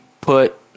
put